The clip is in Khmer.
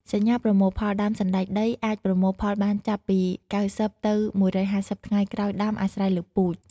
សញ្ញាប្រមូលផល ដើមសណ្ដែកដីអាចប្រមូលផលបានចាប់ពី ៩០ ទៅ ១៥០ ថ្ងៃក្រោយដាំ អាស្រ័យលើពូជ។